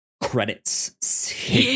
credits